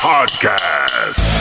Podcast